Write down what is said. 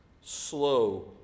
slow